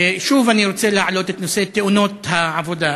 שוב אני רוצה להעלות את נושא תאונות העבודה.